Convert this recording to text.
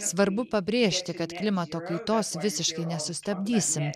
svarbu pabrėžti kad klimato kaitos visiškai nesustabdysim